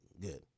Good